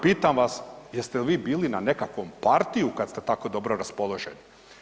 Pitam vas, jeste li vi bili na nekakvom partiju kad ste tako dobro raspoloženi?